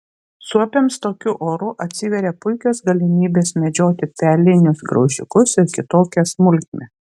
suopiams tokiu oru atsiveria puikios galimybės medžioti pelinius graužikus ir kitokią smulkmę